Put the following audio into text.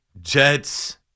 Jets